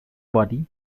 body